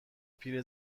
پیره